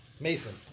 Mason